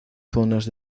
zonas